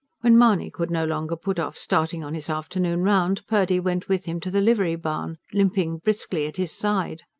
when mahony could no longer put off starting on his afternoon round, purdy went with him to the livery-barn, limping briskly at his side.